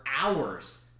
hours